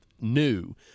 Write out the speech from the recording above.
new